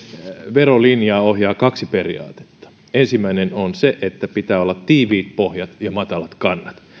verolinjaa ohjaa kaksi periaatetta ensimmäinen on se että pitää olla tiiviit pohjat ja matalat kannat